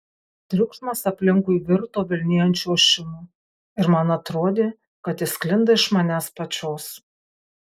triukšmas aplinkui virto vilnijančiu ošimu ir man atrodė kad jis sklinda iš manęs pačios